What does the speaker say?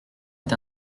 est